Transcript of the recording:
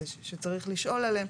שצריך לשאול עליהן,